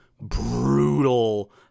brutal